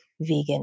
vegan